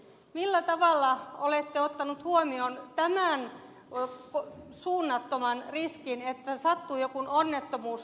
millä tavalla olette ottanut huomioon tämän suunnattoman riskin että sattuu joku onnettomuus